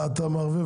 אתה מערבב.